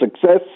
success